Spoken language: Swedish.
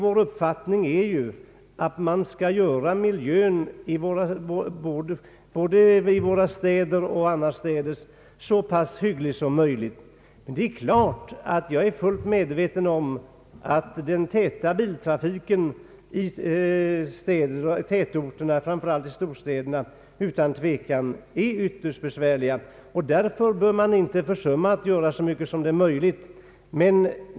Vår tanke är att miljön skall göras så hygglig som möjligt både i våra städer och annorstädes. Jag är fullt medveten om att den täta biltrafiken i tätorterna, framför allt i storstäderna, är ytterst besvärlig. Därför bör vi inte försumma att göra så mycket som är möjligt på detta område.